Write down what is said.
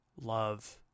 love